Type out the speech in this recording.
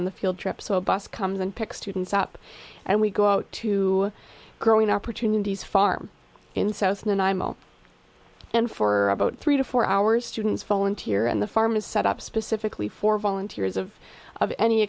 on the field trip so bus comes and picks students up and we go to growing opportunities farm in south and imo and for about three to four hours students volunteer and the farm is set up specifically for volunteers of of any